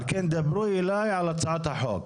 על כן דברו אליי על הצעת החוק.